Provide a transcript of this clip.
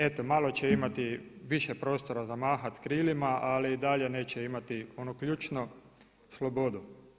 Eto malo će imati više prostora za mahat krilima, ali i dalje neće imati onu ključnu slobodu.